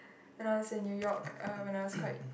when I was in New York uh when I was quite